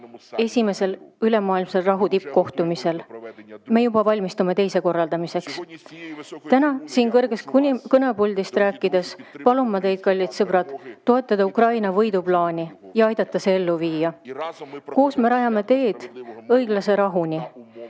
esimesel ülemaailmsel rahu tippkohtumisel. Me juba valmistume teise korraldamiseks. Täna siin kõrgest kõnepuldist rääkides palun ma teid, kallid sõbrad, toetada Ukraina võiduplaani ja aidata see ellu viia. Koos me rajame teed õiglase rahuni